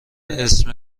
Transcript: اسم